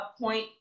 point